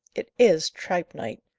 it is tripe night!